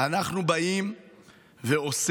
אנחנו באים ועושים.